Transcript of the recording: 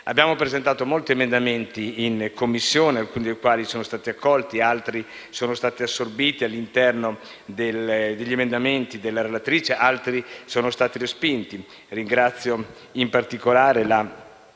Abbiamo presentato molti emendamenti in Commissione. Alcuni sono stati accolti, altri assorbiti all'interno degli emendamenti della relatrice, altri sono stati respinti. Ringrazio, in particolare, la